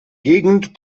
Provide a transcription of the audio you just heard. gegend